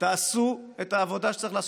תעשו את העבודה שצריך לעשות.